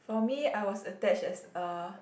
for me I was attached as a